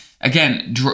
again